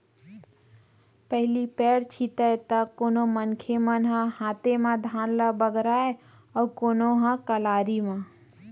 पहिली पैर छितय त कोनो मनखे मन ह हाते म धान ल बगराय अउ कोनो ह कलारी म